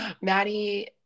Maddie